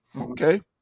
okay